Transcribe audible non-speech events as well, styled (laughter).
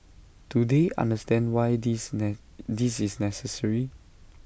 do they understand why this (unintelligible) this is necessary